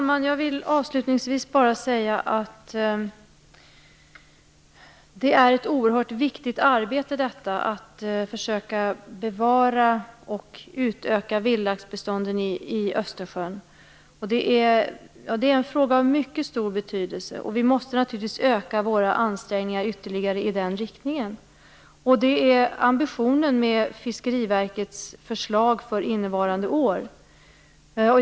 Fru talman! Det är ett oerhört viktigt arbete att försöka bevara och utöka vildlaxbestånden i Östersjön. Det är en fråga av mycket stor betydelse, och vi måste naturligtvis öka våra ansträngningar ytterligare i den riktningen. Det är också ambitionen med Fiskeriverkets förslag för innevarande år.